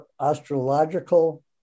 astrological